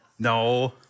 No